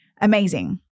amazing